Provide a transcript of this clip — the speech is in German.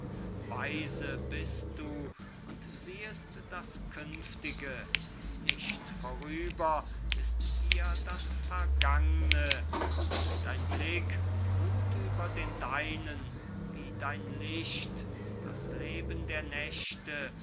weise bist du und siehest das künftige nicht vorüber ist dir das vergangne und dein blick ruht über den deinen wie dein licht das leben der nächte